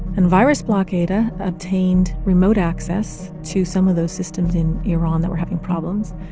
and virusblokada obtained remote access to some of those systems in iran that were having problems.